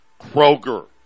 Kroger